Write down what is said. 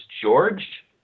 George